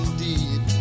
deep